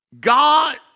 God